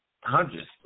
hundreds